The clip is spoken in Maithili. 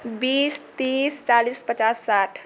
बीस तीस चालीस पचास साठि